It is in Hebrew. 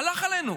הלך עלינו,